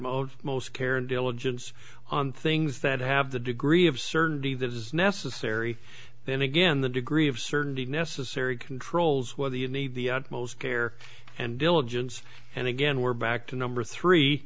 most most care and diligence on things that have the degree of certainty that is necessary then again the degree of certainty necessary controls whether you need the most care and diligence and again we're back to number three